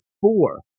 four